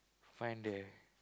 find there